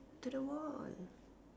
to the wall